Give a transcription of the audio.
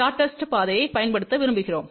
short பாதையை பயன்படுத்த விரும்புகிறோம்